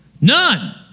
None